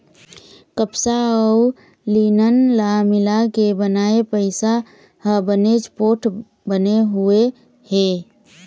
कपसा अउ लिनन ल मिलाके बनाए पइसा ह बनेच पोठ बने हुए हे